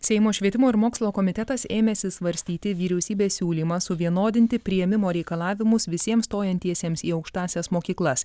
seimo švietimo ir mokslo komitetas ėmėsi svarstyti vyriausybės siūlymą suvienodinti priėmimo reikalavimus visiems stojantiesiems į aukštąsias mokyklas